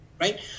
right